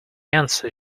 answer